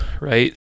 right